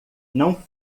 não